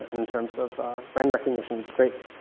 in terms of brand recognition, it's great.